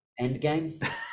Endgame